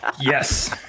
Yes